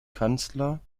kanzler